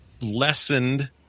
lessened